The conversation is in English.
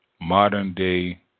modern-day